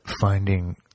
finding